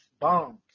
bombs